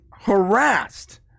harassed